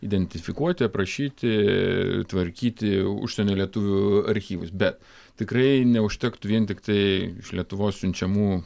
identifikuoti aprašyti tvarkyti užsienio lietuvių archyvus bet tikrai neužtektų vien tiktai iš lietuvos siunčiamų